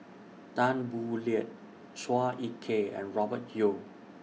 Tan Boo Liat Chua Ek Kay and Robert Yeo